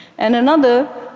and another,